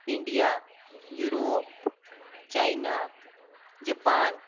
India Europe China Japan